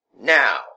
Now